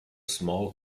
small